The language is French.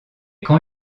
quand